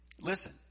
Listen